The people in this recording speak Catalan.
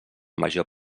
major